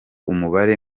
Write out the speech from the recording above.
umubare